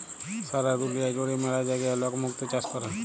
সারা দুলিয়া জুড়ে ম্যালা জায়গায় লক মুক্ত চাষ ক্যরে